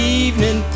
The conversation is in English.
evening